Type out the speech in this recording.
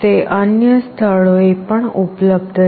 તે અન્ય સ્થળોએ પણ ઉપલબ્ધ છે